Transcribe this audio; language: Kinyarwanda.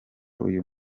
uyu